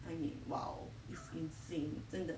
I mean !wow! it's insane 真的